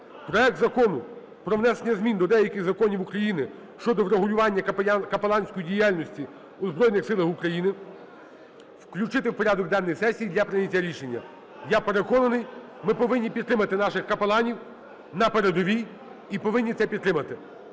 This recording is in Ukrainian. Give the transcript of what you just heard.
проект Закону про внесення змін до деяких законів України щодо врегулювання капеланської діяльності у Збройних Силах України включити в порядок денний сесії для прийняття рішення. Я переконаний, ми повинні підтримати наших капеланів на передовій і повинні це підтримати.